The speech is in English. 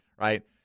right